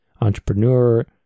entrepreneur